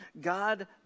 God